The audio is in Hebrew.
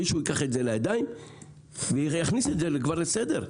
מישהו ייקח את זה לידיים ויכניס את זה כבר לסדר?